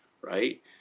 right